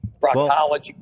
proctology